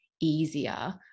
easier